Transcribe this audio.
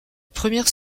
première